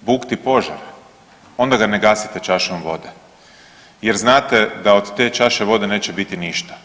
bukti požar onda ga ne gasite čašom vode jer znate da od te čaše vode neće biti ništa.